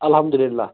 اَلحَمدُاللہ